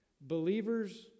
Believers